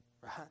right